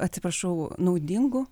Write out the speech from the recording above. atsiprašau naudingu